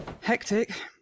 Hectic